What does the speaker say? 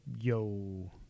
yo